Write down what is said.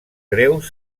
greus